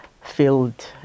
filled